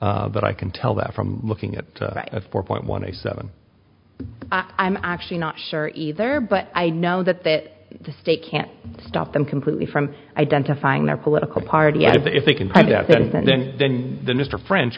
clear but i can tell that from looking at a four point one a seven i'm actually not sure either but i know that that the state can't stop them completely from identifying their political party and if they can buy that and then then the mr french